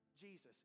Jesus